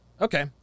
Okay